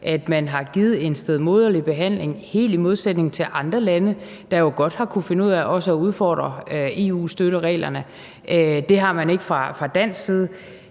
At man har givet en stedmoderlig behandling, helt i modsætning til andre lande, der jo godt har kunnet finde ud af også at udfordre EU-støttereglerne. Det har man ikke fra dansk side.